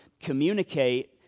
communicate